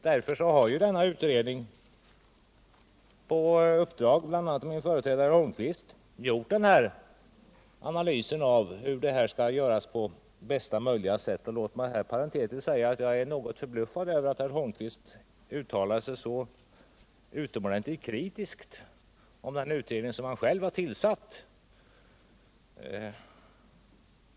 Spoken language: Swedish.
Utredningen har därför — bl.a. på uppdrag av min företrädare herr Holmqvist — gjort en analys av hur man bör förfara. Låt mig inom parentes säga att jag är något förbluffad över att herr Holmqvist uttalade sig så utomordentligt kritiskt om den utredning som han själv har tillsatt.